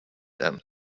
them